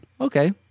Okay